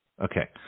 Okay